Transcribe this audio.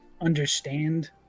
understand